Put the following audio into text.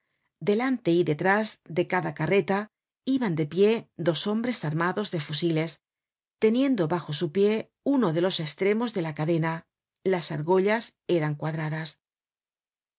delante y detrás de cada carreta iban de pie dos hombres armados de fusiles teniendo bajo su pie uno de los estremos de la cadena las argollas eran cuadradas